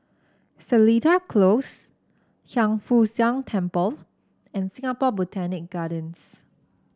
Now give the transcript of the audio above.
Seletar Close Hiang Foo Siang Temple and Singapore Botanic Gardens